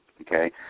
okay